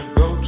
go